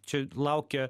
čia laukia